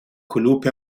کلوپ